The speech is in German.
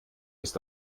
ist